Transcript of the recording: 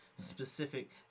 specific